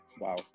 Wow